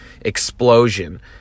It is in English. explosion